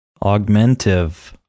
Augmentive